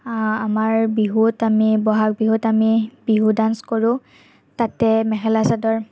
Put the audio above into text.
আমাৰ বিহুত আমি বহাগ বিহুত আমি বিহু ডান্স কৰোঁ তাতে মেখেলা চাদৰ